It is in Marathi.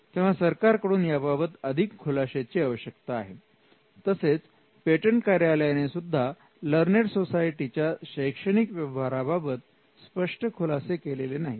तेव्हा सरकारकडून याबाबत अधिक खुलाशाची आवश्यकता आहे तसेच पेटंट कार्यालयाने सुद्धा लर्नेड सोसायटीच्या शैक्षणिक व्यवहाराबाबत स्पष्ट खुलासे केलेले नाहीत